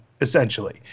essentially